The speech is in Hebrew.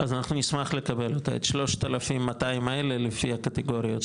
אז אנחנו נשמח לקבל את 3,200 האלה, לפי הקטגוריות.